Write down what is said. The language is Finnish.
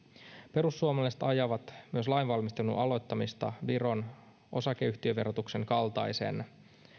perussuomalaiset ajavat myös lainvalmistelun aloittamista viron osakeyhtiöverotuksen kaltaisen